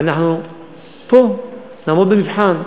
ואנחנו פה נעמוד במבחן,